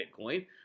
Bitcoin